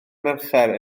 mercher